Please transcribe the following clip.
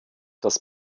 das